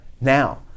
Now